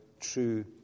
true